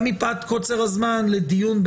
גם מפאת קוצר הזמן, לדיון.